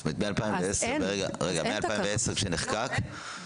זאת אומרת שמ-2010 כשזה נחקק --- לא, אין.